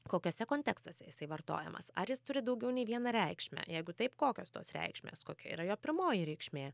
kokiuose kontekstuose jisai vartojamas ar jis turi daugiau nei vieną reikšmę jeigu taip kokios tos reikšmės kokia yra jo pirmoji reikšmė